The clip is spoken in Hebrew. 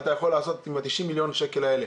אתה יכול לעשות עם ה-90 מיליון שקל האלה.